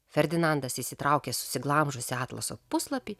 ferdinandas išsitraukė susiglamžiusį atlaso puslapį